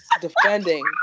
defending